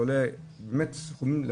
זה עולה באמת סכומים.